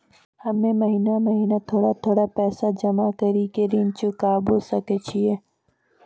हम्मे महीना महीना थोड़ा थोड़ा पैसा जमा कड़ी के ऋण चुकाबै सकय छियै?